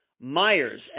Myers